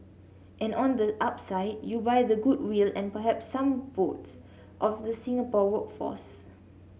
and on the upside you buy the goodwill and perhaps some votes of the Singapore workforce